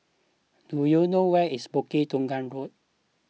do you know where is Bukit Tunggal